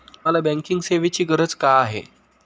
आम्हाला बँकिंग सेवेची गरज का आहे?